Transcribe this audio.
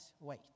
wait